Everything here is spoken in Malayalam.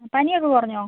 പനി ഒക്കെ കുറഞ്ഞോ